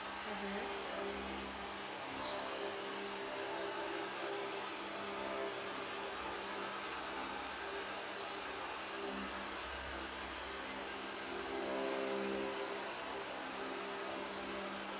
mmhmm